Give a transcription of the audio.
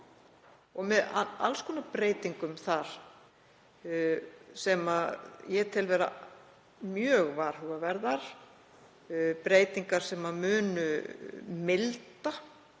Þar eru alls konar breytingar sem ég tel vera mjög varhugaverðar, breytingar sem munu milda